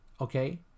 okay